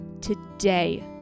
Today